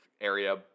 area